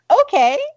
Okay